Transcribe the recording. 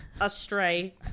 astray